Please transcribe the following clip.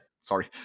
sorry